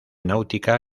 náutica